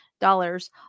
dollars